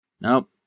Nope